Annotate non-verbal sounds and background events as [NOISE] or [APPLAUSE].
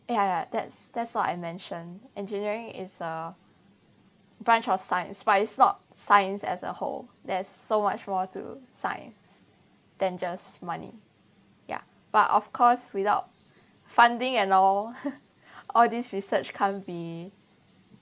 ya ya that's that's what I mention engineering is a branch of science but it's not science as a whole there's so much more to science than just money ya but of course without funding and all [LAUGHS] all this research can‘t be